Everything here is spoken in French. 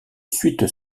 suite